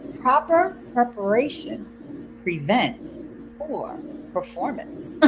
proper preparation prevents poor performance.